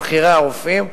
עם בכירי הרופאים.